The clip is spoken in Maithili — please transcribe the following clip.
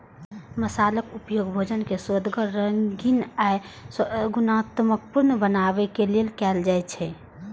मसालाक उपयोग भोजन कें सुअदगर, रंगीन आ गुणवतत्तापूर्ण बनबै लेल कैल जाइ छै